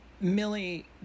Millie